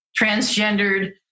transgendered